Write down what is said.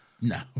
no